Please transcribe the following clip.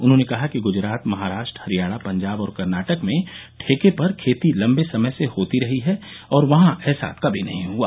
उन्होंने कहा कि गुजरात महाराष्ट्र हरियाणा पंजाब और कर्नाटक में ठेके पर खेती लम्बे समय से होती रही है और वहां ऐसा कभी नहीं हआ